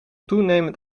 toenemend